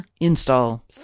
Install